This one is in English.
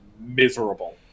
miserable